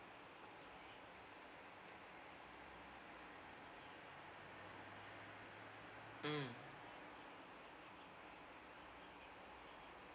mm